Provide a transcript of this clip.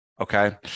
Okay